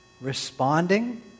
responding